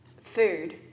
Food